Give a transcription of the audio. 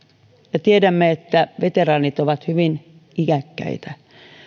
ja tiedämme että veteraanit ovat hyvin iäkkäitä